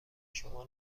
شما